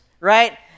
right